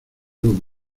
luz